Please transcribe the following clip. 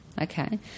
Okay